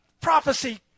prophecy